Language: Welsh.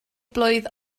blwydd